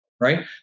right